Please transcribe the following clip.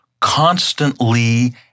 constantly